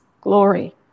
glory